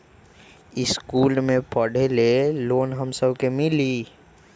इश्कुल मे पढे ले लोन हम सब के मिली?